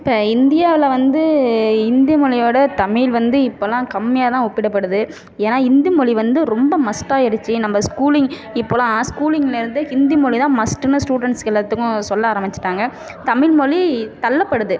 இப்போ இந்தியாவில் வந்து ஹிந்தி மொழியோடு தமிழ் வந்து இப்பலாம் கம்மியாக தான் ஒப்பிடப்படுது ஏனால் ஹிந்தி மொழி வந்து ரொம்ப மஸ்ட்டாகிடுச்சி நம்ம ஸ்கூலிங் இப்போலாம் ஸ்கூலிங்கில் இருந்து ஹிந்தி மொழி தான் மஸ்ட்டுனு ஸ்டூடண்ட்ஸுக்கு எல்லாத்துக்கும் சொல்ல ஆரம்மிச்சிட்டாங்க தமிழ் மொழி தள்ளப்படுது